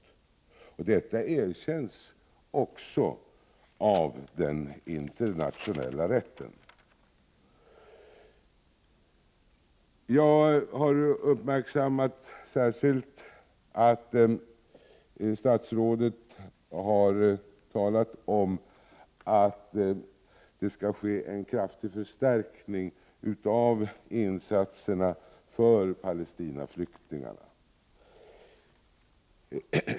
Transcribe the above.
Detta erkänns också av den internationella rätten. Jag har särskilt uppmärksammat att statsrådet har sagt att det skall ske en kraftig förstärkning av insatserna för Palestinaflyktingarna.